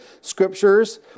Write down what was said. scriptures